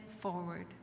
forward